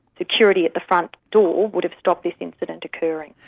security at the front door would have stopped this incident occurring.